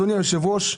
אדוני היושב-ראש,